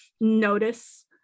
notice